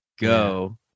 Go